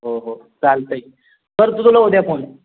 हो हो चालतं आहे फोन